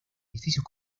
edificios